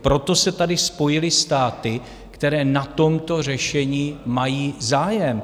Proto se tady spojily státy, které na tomto řešení mají zájem.